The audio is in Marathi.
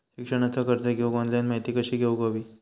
शिक्षणाचा कर्ज घेऊक ऑनलाइन माहिती कशी घेऊक हवी?